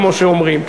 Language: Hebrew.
כמו שאומרים,